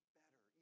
better